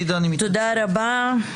תודה רבה.